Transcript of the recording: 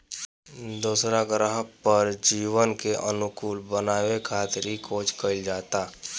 दोसरा ग्रह पर जीवन के अनुकूल बनावे खातिर इ खोज कईल जाता